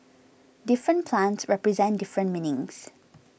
different plants represent different meanings